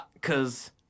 cause